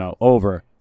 over